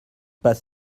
pas